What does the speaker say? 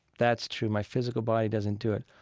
that's true. my physical body doesn't do it.